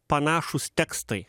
panašūs tekstai